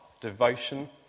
devotion